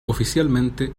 oficialmente